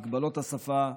למגבלות השפה.